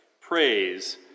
Praise